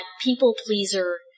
people-pleaser